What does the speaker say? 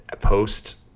post